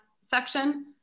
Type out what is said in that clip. section